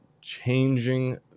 changing